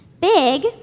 big